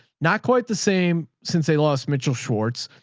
not quite the same since they lost mitchell schwartz.